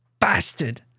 Bastard